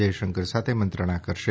જયશંકર સાથે મંત્રણા કરશે